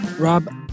Rob